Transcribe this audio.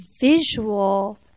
visual